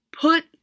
put